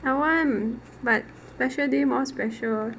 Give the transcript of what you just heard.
I want but special day more special